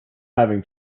having